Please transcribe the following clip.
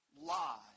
lie